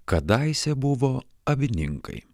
kadaise buvo avininkai